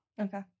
Okay